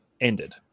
ended